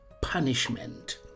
punishment